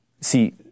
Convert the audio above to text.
See